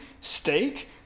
steak